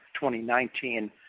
2019